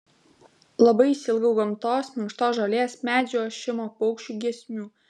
labai išsiilgau gamtos minkštos žolės medžių ošimo paukščių giesmių